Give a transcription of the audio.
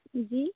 जी